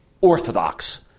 orthodox